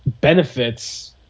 benefits